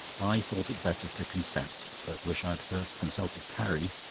i thought it better to consent, but wish i had first consulted carrie.